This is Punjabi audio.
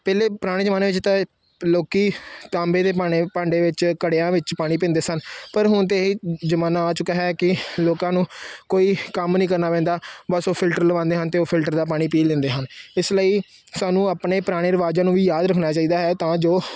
ਪਹਿਲੇ ਪੁਰਾਣੇ ਜ਼ਮਾਨੇ ਵਿੱਚ ਤਾਂ ਲੋਕ ਤਾਂਬੇ ਦੇ ਭਾਂਡੇ ਭਾਂਡੇ ਵਿੱਚ ਘੜਿਆਂ ਵਿੱਚ ਪਾਣੀ ਪੀਂਦੇ ਸਨ ਪਰ ਹੁਣ ਤਾਂ ਇਹ ਜ਼ਮਾਨਾ ਆ ਚੁੱਕਾ ਹੈ ਕਿ ਲੋਕਾਂ ਨੂੰ ਕੋਈ ਕੰਮ ਨਹੀਂ ਕਰਨਾ ਪੈਂਦਾ ਬਸ ਉਹ ਫਿਲਟਰ ਲਗਵਾਉਂਦੇ ਹਨ ਅਤੇ ਉਹ ਫਿਲਟਰ ਦਾ ਪਾਣੀ ਪੀ ਲੈਂਦੇ ਹਨ ਇਸ ਲਈ ਸਾਨੂੰ ਆਪਣੇ ਪੁਰਾਣੇ ਰਿਵਾਜ਼ਾਂ ਨੂੰ ਵੀ ਯਾਦ ਰੱਖਣਾ ਚਾਹੀਦਾ ਹੈ ਤਾਂ ਜੋ